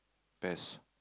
best